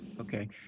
Okay